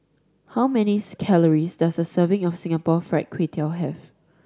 how many calories does a serving of Singapore Fried Kway Tiao have